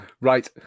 Right